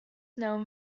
known